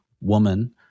woman